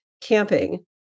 camping